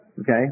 Okay